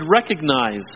recognize